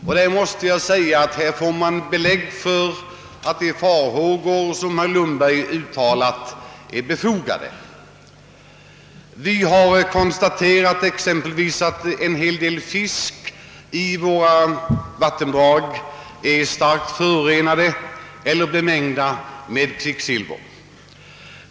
Vid dessa diskussioner får man verkligen belägg för att de farhågor som herr Lundberg uttalat är befogade. Vi har exempelvis konstaterat att en hel del fisk i våra vattendrag är kraftigt bemängd med kvicksilver.